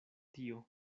tio